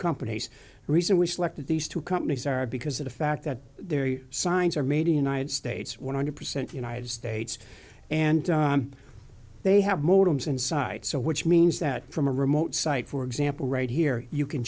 companies recently selected these two companies are because of the fact that their signs are made a united states one hundred percent united states and they have modems inside so which means that from a remote site for example right here you can